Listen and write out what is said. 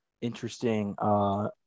interesting –